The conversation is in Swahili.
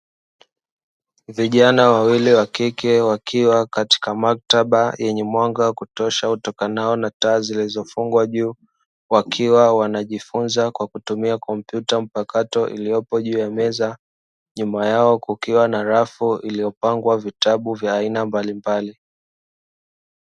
Vijana wawili wakike wakiwa katika maktaba yenye mwanga wakutosha utokanao na taa zilizofungwa juu, wakiwa wanajifunza kwa kutumia kompyuta mpakato iliyopo juu ya meza, nyuma yao kukiwa na rafu iliyopangwa vitabu vya aina mbalimbali.